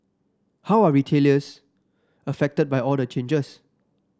how are retailers affected by all the changes